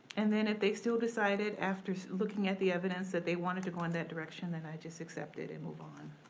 and then if they still decided after looking at the evidence that they wanted to go in that direction, then i'd just accept it and move on.